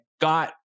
got